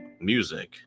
music